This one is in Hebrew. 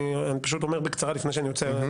אני פשוט אומר בקצרה לפני שאני יוצא.